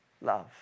love